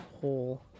hole